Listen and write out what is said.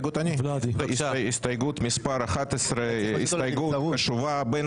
הסתייגות מספר 11, הסתייגות חשובה, בין